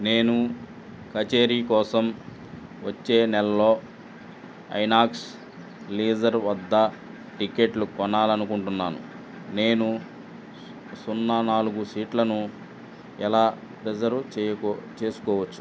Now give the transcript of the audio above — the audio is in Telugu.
నేను కచేరీ కోసం వచ్చే నెలలో ఐనాక్స్ లీజర్ వద్ద టిక్కెట్లు కొనాలి అనుకుంటున్నాను నేను సున్నా నాలుగు సీట్లను ఎలా రిజర్వ్ చేసుకోవచ్చు